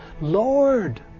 Lord